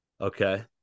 Okay